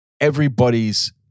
everybody's